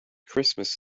christmas